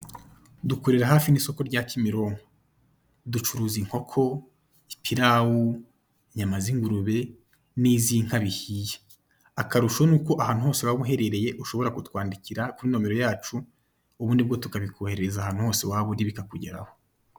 Dukorera hafi y'isoko rya Kimironko. Ducuruza inkoko, ipirawu, inyama z'ingurube n'iz'inka bihiye akarusho nuko ahantu hose waba uherereye ushobora kutwandikira kuri nimero yacu ubundi bwo tukabikoherereza ahantu hose waba uri bikakugeraho.